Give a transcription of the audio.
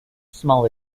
small